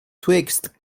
twixt